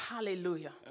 Hallelujah